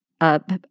up